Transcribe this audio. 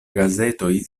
gazetoj